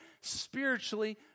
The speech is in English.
spiritually